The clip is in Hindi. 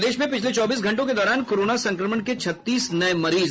प्रदेश में पिछले चौबीस घंटों के दौरान कोरोना संक्रमण के छत्तीस नये मरीज